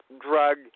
drug